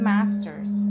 Masters